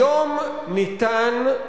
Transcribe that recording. היום אפשר,